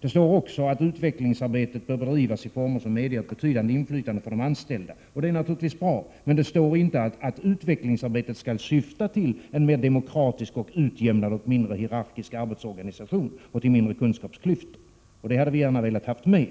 Där står också att utvecklingsarbetet bör bedrivas i former som medger ett betydande inflytande för de anställda, och det är naturligtvis bra. Men det sd står inte att utvecklingsarbetet skall syfta till en mer demokratisk, utjämnad och mindre hierarkisk arbetsorganisation och till mindre kunskapsklyftor, och det hade vi gärna velat ha med.